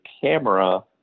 camera